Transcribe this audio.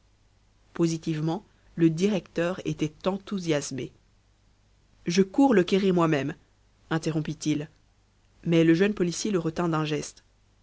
positivement le directeur était enthousiasmé je cours le quérir moi-même interrompit-il mais le jeune policier le retint d'un geste